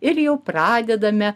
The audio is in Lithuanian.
ir jau pradedame